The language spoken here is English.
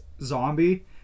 zombie